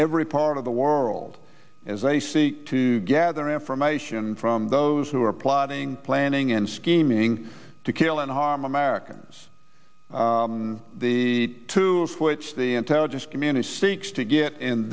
every part of the world as they seek to gather information from those who are plotting planning and scheming to kill and harm america as to which the intelligence community seeks to get in